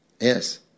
Yes